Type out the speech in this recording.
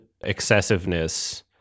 excessiveness